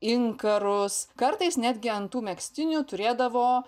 inkarus kartais netgi ant tų megztinių turėdavo